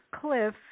Cliff